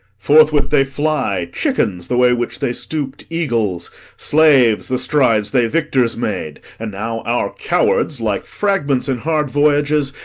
forthwith they fly, chickens, the way which they stoop'd eagles slaves, the strides they victors made and now our cowards, like fragments in hard voyages,